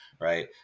Right